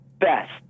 best